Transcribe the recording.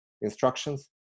instructions